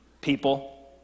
people